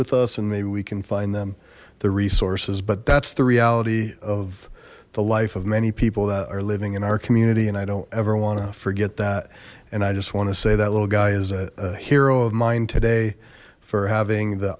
with us and maybe we can find them the resources but that's the reality of the life of many people that are living in our community and i don't ever want to forget that and i just want to say that little guy is a hero of mine today for having the